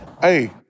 Hey